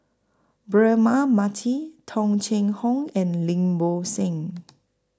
Braema Mathi Tung Chye Hong and Lim Bo Seng